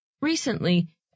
Recently